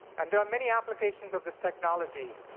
and there are many applications of this technology.